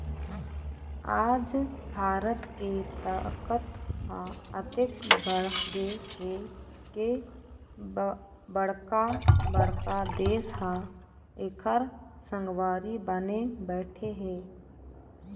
आज भारत के ताकत ह अतेक बाढ़गे हे के बड़का बड़का देश ह एखर संगवारी बने बइठे हे